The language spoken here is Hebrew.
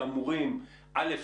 א',